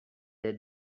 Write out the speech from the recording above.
their